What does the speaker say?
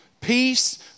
peace